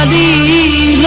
e.